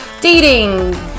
dating